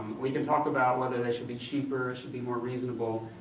we can talk about whether they should be cheaper or should be more reasonable.